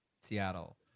Seattle